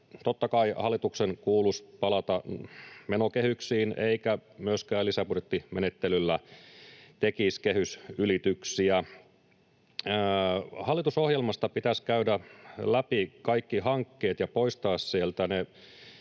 totta kai hallituksen kuuluisi palata menokehyksiin eikä myöskään lisäbudjettimenettelyllä tehdä kehysylityksiä. Hallitusohjelmasta pitäisi käydä läpi kaikki hankkeet ja poistaa sieltä ne